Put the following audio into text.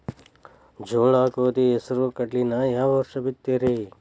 ಜೋಳ, ಗೋಧಿ, ಹೆಸರು, ಕಡ್ಲಿನ ಯಾವ ವರ್ಷ ಬಿತ್ತತಿರಿ?